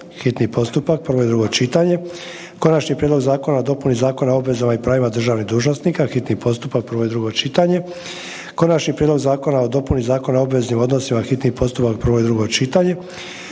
hitni postupak, prvo i drugo čitanje, - Konačni prijedlog Zakona o dopuni Zakona o obvezama i pravima državnih dužnosnika, hitni postupak, prvo i drugo čitanje, - Konačni prijedlog Zakona o dopuni Zakona o obveznim odnosima, hitni postupak, prvo i drugo čitanje,